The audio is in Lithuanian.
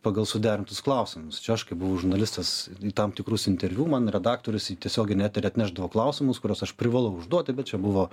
pagal suderintus klausimus čia aš kai buvau žurnalistas tam tikrus interviu man redaktorius į tiesioginį eterį atnešdavo klausimus kuriuos aš privalau užduoti bet čia buvo